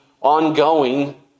ongoing